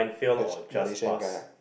that's Malaysian guy ah